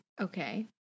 Okay